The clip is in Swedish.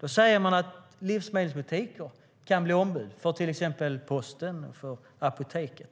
Då säger man att livsmedelsbutiker kan bli ombud för till exempel posten och apoteket.